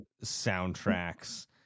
soundtracks